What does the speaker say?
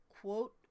quote